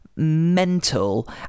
mental